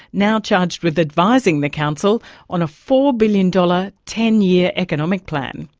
now charged with advising the council on a four billion dollars, ten year economic plan.